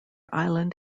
island